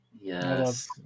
Yes